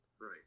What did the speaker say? Right